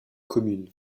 commune